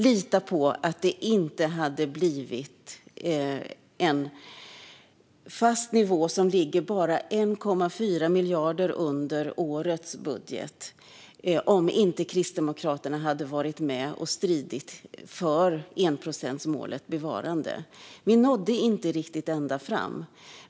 Lita på att det inte hade blivit en fast nivå som ligger bara 1,4 miljarder under årets budget om inte Kristdemokraterna hade varit med och stridit för enprocentsmålets bevarande! Vi nådde inte riktigt ända fram.